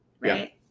right